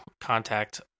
Contact